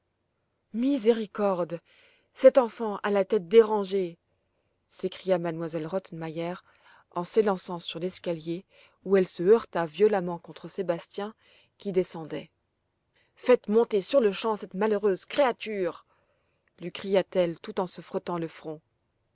miséricorde cette enfant a la tête dérangée s'écria m elle rottenmeier en s'élançant sur l'escalier où elle se heurta violemment contre sébastien qui descendait faites monter sur-le-champ cette malheureuse créature lui criait-elle tout en se frottant le front